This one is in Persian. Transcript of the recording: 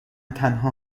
تنها